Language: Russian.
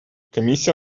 комиссия